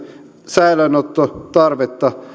säilöönottotarvetta